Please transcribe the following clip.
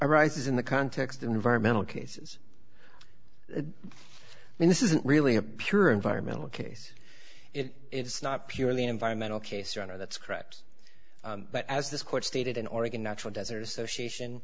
arises in the context environmental cases i mean this isn't really a pure environmental case it's not purely environmental case your honor that's correct but as this court stated in oregon natural desert association